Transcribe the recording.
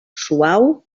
suau